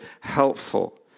helpful